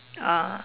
ah